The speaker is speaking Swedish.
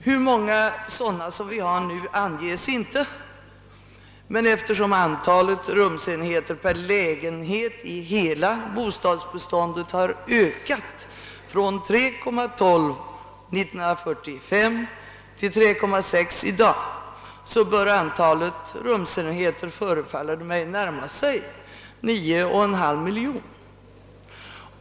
Hur många sådana vi nu har anges inte, men eftersom antalet rumsenheter per lägenhet i hela bostadsbeståndet har ökat från 3,12 år 1945 till 3,6 i dag, bör antalet rumsenheter närma sig 9,5 miljoner.